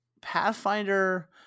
Pathfinder